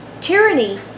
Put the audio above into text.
tyranny